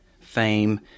fame